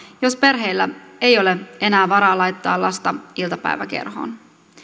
jos perheillä ei ole enää varaa laittaa lasta iltapäiväkerhoon